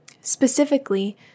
Specifically